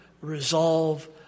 resolve